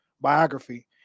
biography